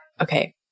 okay